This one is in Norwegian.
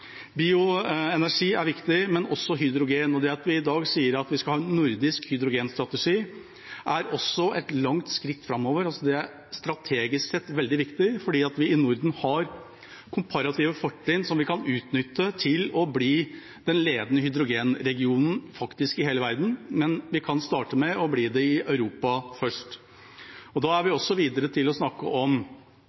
Bioenergi er viktig, men også hydrogen. Det at vi i dag sier at vi skal ha en nordisk hydrogenstrategi, er også et langt skritt framover. Det er strategisk sett veldig viktig fordi vi i Norden har komparative fortrinn som vi kan utnytte til faktisk å bli den ledende hydrogenregionen i hele verden – men vi kan starte med å bli det i Europa først. Da kan vi også gå videre til å snakke om